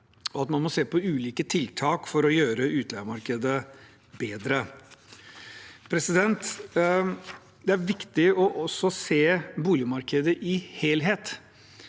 og at man må se på ulike tiltak for å gjøre utleiemarkedet bedre. Det er også viktig å se boligmarkedet i helhet.